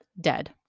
Dead